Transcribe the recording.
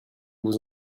vous